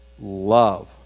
love